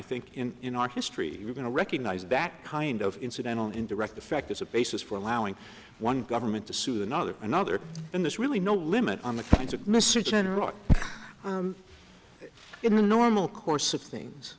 think in in our history we're going to recognize that kind of incidental indirect effect as a basis for allowing one government to sue another another and this really no limit on the kinds of mr general in the normal course of things